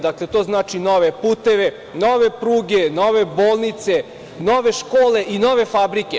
Dakle, to znači nove puteve, nove pruge, nove bolnice, nove škole i nove fabrike.